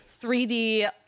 3D